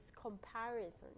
comparison